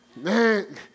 Man